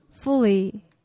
fully